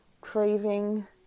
craving